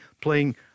playing